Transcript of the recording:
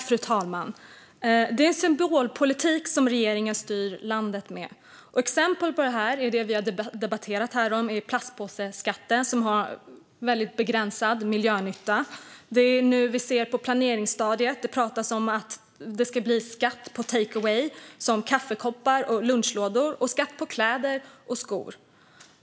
Fru talman! Regeringen styr landet med symbolpolitik. Exempel på det, som vi har debatterat här, är plastpåseskatten som har en väldigt begränsad miljönytta. På planeringsstadiet pratas det om att det ska bli skatt på takeaway som kaffekoppar och lunchlådor och skatt på kläder och skor.